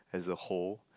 as a whole